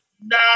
no